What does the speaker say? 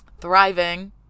thriving